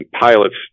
pilots